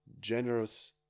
generous